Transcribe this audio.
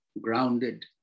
grounded